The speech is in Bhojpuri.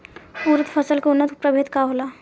उरद फसल के उन्नत प्रभेद का होला?